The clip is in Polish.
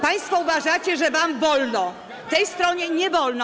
Państwo uważacie, że wam wolno, a tej stronie nie wolno.